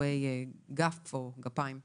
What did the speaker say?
קטועי גף או גפיים.